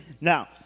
Now